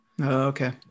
Okay